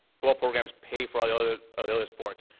football programs pay for all the other ah the other sports.